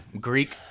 Greek